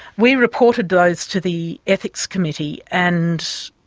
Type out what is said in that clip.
we reported those to the ethics committee and